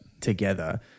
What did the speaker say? together